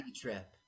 trip